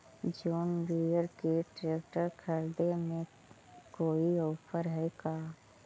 जोन Deere के tractor खरिदे में कोई औफर है का?